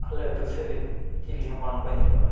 ᱟᱞᱮ ᱟᱹᱛᱩ ᱥᱮᱫ ᱨᱮᱱ ᱪᱤᱞᱤᱦᱚᱸ ᱵᱟᱝᱠᱚ ᱧᱮᱞᱚᱜᱼᱟ